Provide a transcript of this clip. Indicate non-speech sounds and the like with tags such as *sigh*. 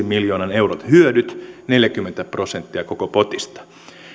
*unintelligible* miljoonan euron hyödyt neljäkymmentä prosenttia koko potista